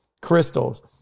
crystals